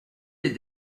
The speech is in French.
des